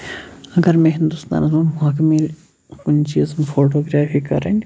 اَگر مےٚ ہِندوستانَس منٛز موقعہٕ مِلہِ کُنہِ چیٖزَن فوٹوگرافی کرٕنۍ